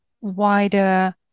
wider